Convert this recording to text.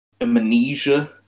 Amnesia